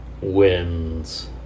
wins